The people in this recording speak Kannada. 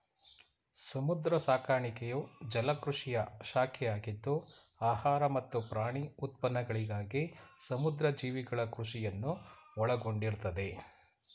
ಸಮುದ್ರ ಸಾಕಾಣಿಕೆಯು ಜಲಕೃಷಿಯ ಶಾಖೆಯಾಗಿದ್ದು ಆಹಾರ ಮತ್ತು ಪ್ರಾಣಿ ಉತ್ಪನ್ನಗಳಿಗಾಗಿ ಸಮುದ್ರ ಜೀವಿಗಳ ಕೃಷಿಯನ್ನು ಒಳಗೊಂಡಿರ್ತದೆ